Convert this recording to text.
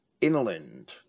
inland